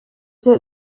that